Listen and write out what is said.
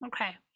Okay